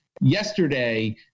Yesterday